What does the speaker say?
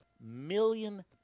million